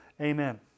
amen